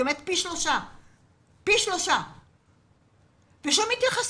היא עובדת פי 3. אין שום התייחסות.